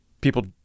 people